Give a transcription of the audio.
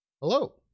Hello